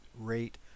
rate